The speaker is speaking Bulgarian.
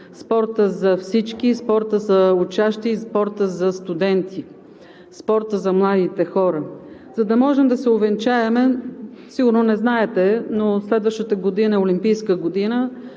спорта за всички, в спорта за учащи и в спорта за студенти, в спорта за младите хора, за да можем да се увенчаем… Сигурно не знаете, но следващата година е олимпийска,